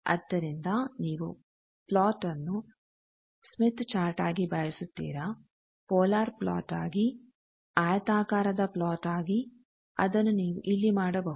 ಆದ್ದರಿಂದ ನೀವು ಪ್ಲೋಟ್ನ್ನು ಸ್ಮಿತ್ ಚಾರ್ಟ್ ಆಗಿ ಬಯಸುತ್ತೀರ ಪೋಲಾರ್ ಪ್ಲೋಟ್ ಆಗಿ ಆಯತಾಕಾರದ ಪ್ಲೋಟ್ ಆಗಿ ಅದನ್ನು ನೀವು ಇಲ್ಲಿ ಮಾಡಬಹುದು